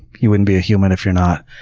you wouldn't be a human if you're not.